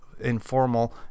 informal